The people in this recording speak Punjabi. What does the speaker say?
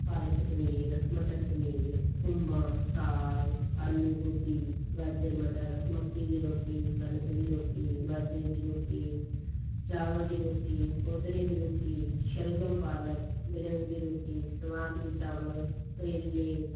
ਪਾਲਕ ਪਨੀਰ ਮਟਰ ਪਨੀਰ ਖੁੰਬਾਂ ਸਾਗ ਆਲੂ ਗੋਬੀ ਗਾਜਰ ਮਟਰ ਮੱਕੀ ਦੀ ਰੋਟੀ ਕਣਕ ਦੀ ਰੋਟੀ ਬਾਜਰੇ ਦੀ ਰੋਟੀ ਚਾਵਲ ਦੀ ਰੋਟੀ ਕੋਧਰੇ ਦੀ ਰੋਟੀ ਸ਼ਲਗਮ ਪਾਲਕ ਦੜੇਊ ਦੀ ਰੋਟੀ ਸਵਾਂਗ ਦੀ ਚਾਵਲ ਕਰੇਲੇ